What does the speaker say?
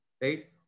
right